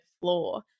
floor